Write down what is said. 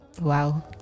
Wow